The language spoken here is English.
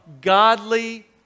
godly